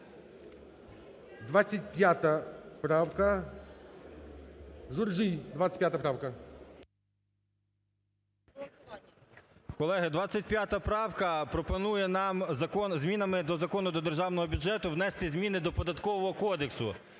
25 правка. 16:16:49 ЖУРЖІЙ А.В. Колеги, 25 правка пропонує нам змінами до Закону до Державного бюджету внести зміни до Податкового кодексу.